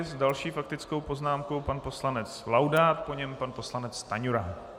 S další faktickou poznámkou pan poslanec Laudát, po něm pan poslanec Stanjura.